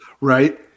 Right